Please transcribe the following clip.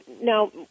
now